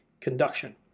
conduction